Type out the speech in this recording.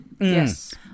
Yes